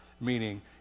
Meaning